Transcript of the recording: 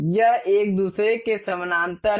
यह एक दूसरे के समानांतर है